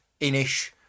Inish